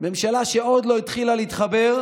ממשלה שעוד לא התחילה להתחבר,